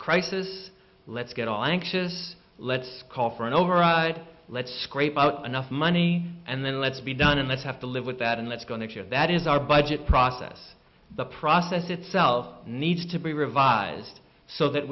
crisis let's get all anxious let's call for an override let's scrape out enough money and then let's be done and let's have to live with that and let's go next year that is our budget process the process itself needs to be revised so that